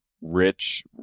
rich